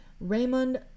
Raymond